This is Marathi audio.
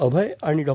अभय आणि डॉ